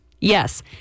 Yes